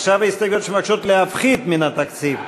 עכשיו ההסתייגויות שמבקשות להפחית מן התקציב.